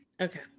Okay